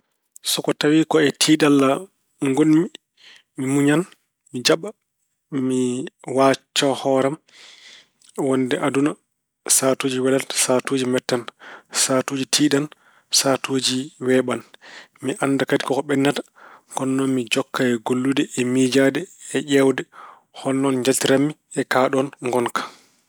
So ko tawi ko e tiiɗalla ngonmi, mi muuƴan, mi jaɓa. Mi waajtoo hoore am wonde aduna, sahaatuji mbelan, sahaatuji mettan, sahaatuji tiiɗan, sahaatuji weeɓan. Mi annda kadi ko ko ɓennata. Kono noon mi jokka e gollude e miijaade e ƴeewde hol noon njaltiranmi e kaaɗoon ngonka.